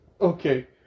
okay